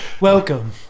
Welcome